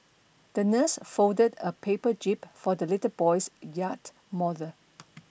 the nurse folded a paper jib for the little boy's yacht model